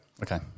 Okay